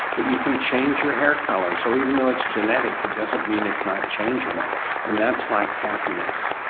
but you can change your hair colour. so even though it's genetic it doesn't mean it's not changeable and that's like happiness.